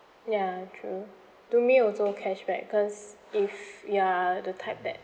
ya true to me also cashback cause if you're the type that